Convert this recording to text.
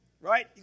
right